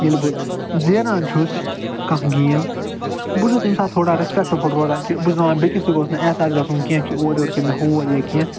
ییٚلہِ بہٕ زینان چھُس کانٛہہ گیم بہٕ چھُس تَمہِ ساتہٕ تھوڑا رٮ۪سپٮ۪کٹفُل روزان کہِ بہٕ چھُس دَپان بیٚکِس تہِ گوٚژھ نہٕ احساس گَژھُن کیٚنٛہہ کہِ اورٕ یورٕ کہِ مےٚ ہور یا کیٚنٛہہ